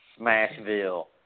Smashville